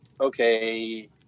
okay